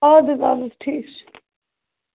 اَدٕ حظ اَدٕ حظ ٹھیٖک چھُ